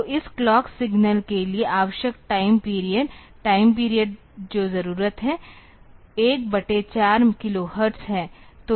तो इस clock signal के लिए आवश्यक टाइम पीरियड टाइम पीरियड जो जरूरत है 1 बटे 4 किलोहर्ट्ज़ है